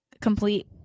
complete